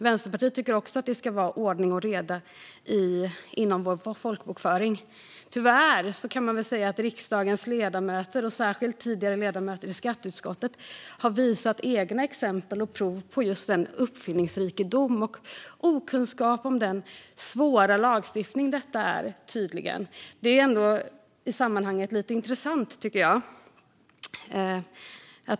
Vänsterpartiet tycker också att det ska vara ordning och reda inom vår folkbokföring. Tyvärr kan man väl säga att riksdagens ledamöter, och särskilt tidigare ledamöter i skatteutskottet, har visat egna exempel och prov på just denna uppfinningsrikedom och på okunskap om den svåra lagstiftning som detta tydligen är. Det är ändå i sammanhanget lite intressant, tycker jag.